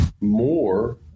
more